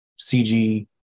CG